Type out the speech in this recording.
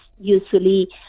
usually